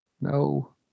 No